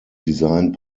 designed